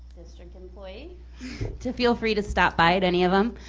district employee to feel free to stop by at any of them.